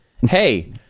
hey